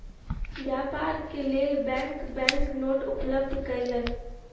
व्यापार के लेल बैंक बैंक नोट उपलब्ध कयलक